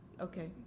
okay